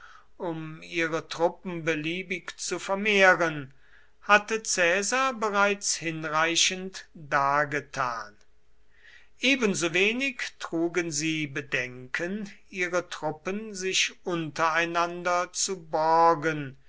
um ihre truppen beliebig zu vermehren hatte caesar bereits hinreichend dargetan ebensowenig trugen sie bedenken ihre truppen sich untereinander zu borgen